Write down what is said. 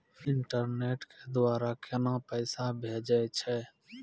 Internet के द्वारा केना पैसा भेजय छै?